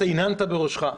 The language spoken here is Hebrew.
אתה הנהנת בראשך,